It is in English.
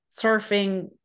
surfing